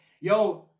Yo